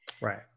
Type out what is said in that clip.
right